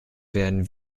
werden